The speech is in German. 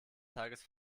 tages